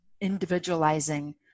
individualizing